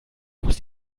muss